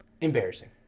Embarrassing